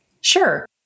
Sure